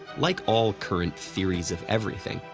like all current theories of everything,